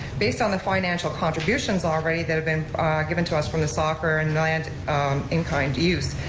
based on the financial contributions already that have been given to us from the soccer and land inclined use.